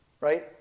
right